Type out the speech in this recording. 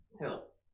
help